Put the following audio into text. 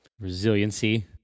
resiliency